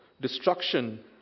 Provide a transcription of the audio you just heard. destruction